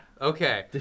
Okay